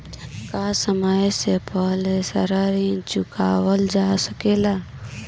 का समय से पहले सारा ऋण चुकावल जा सकेला?